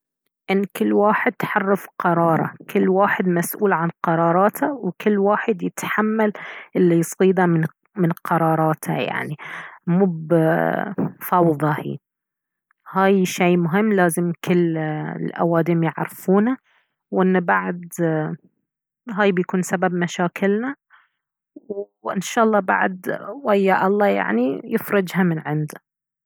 ان كل واحد حر في قراره كل واحد مسؤول عن قراراته وكل واحد يتحمل اللي يصيده من قراراته يعني مب فوضى هي هاي شي مهم لازم كل الاوادم يعرفونه وان بعد هاي بيكون سبب مشاكلنا وان شاء الله بعد ويا الله يعني يفرجها من عنده